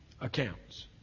accounts